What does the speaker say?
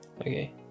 Okay